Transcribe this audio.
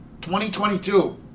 2022